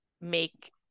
make